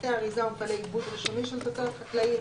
בתי אריזה ומפעלי עיבוד ראשוני של תוצרת חקלאית,